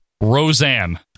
roseanne